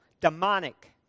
demonic